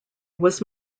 was